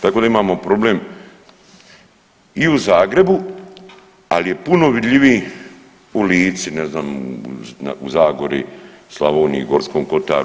Tako da imamo problem i u Zagrebu ali je puno vidljiviji u Lici, ne znam u Zagori, Slavoniji, Gorskom kotaru.